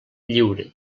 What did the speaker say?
lliure